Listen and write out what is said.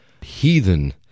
heathen